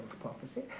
prophecy